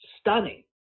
stunning